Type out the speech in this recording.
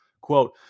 Quote